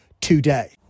today